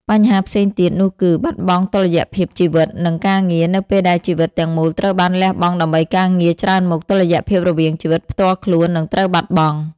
បញ្ហាផ្សេងទៀត នោះគឺ បាត់បង់តុល្យភាពជីវិត និងការងារ នៅពេលដែលជីវិតទាំងមូលត្រូវបានលះបង់ដើម្បីការងារច្រើនមុខ តុល្យភាពរវាងជីវិតផ្ទាល់ខ្លួន នឹងត្រូវបាត់បង់។